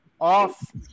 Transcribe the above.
off